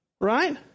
right